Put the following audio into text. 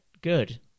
Good